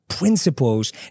principles